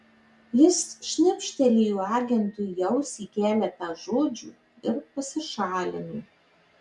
jis šnibžtelėjo agentui į ausį keletą žodžių ir pasišalino